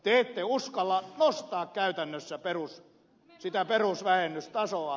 te ette uskalla nostaa käytännössä sitä perustasoa